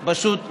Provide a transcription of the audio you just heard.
פשוט מרחוק,